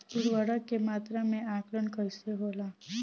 उर्वरक के मात्रा में आकलन कईसे होला?